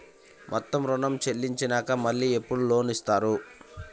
మొత్తం ఋణం చెల్లించినాక మళ్ళీ ఎప్పుడు లోన్ ఇస్తారు?